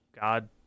God